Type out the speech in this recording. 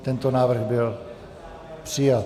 Tento návrh byl přijat.